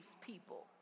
people